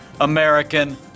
American